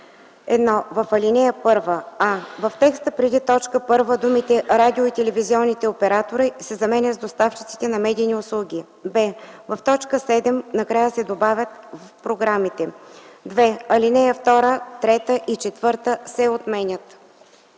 1. В ал. 1: а) в текста преди т. 1 думите „радио- и телевизионните оператори” се заменят с „доставчиците на медийни услуги”; б) в т. 7 накрая се добавя „в програмите”. 2. Алинеи 2, 3 и 4 се отменят.”